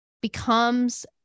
becomes